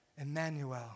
Emmanuel